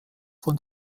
von